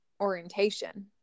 orientation